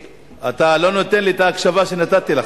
נסים, אתה לא נותן לי את ההקשבה שנתתי לך.